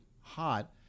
hot